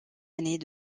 années